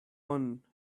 one